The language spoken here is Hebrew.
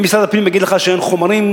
אם משרד הפנים יגיד לך שאין לו חומרים,